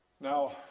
Now